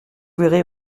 verrez